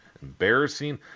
embarrassing